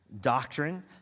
doctrine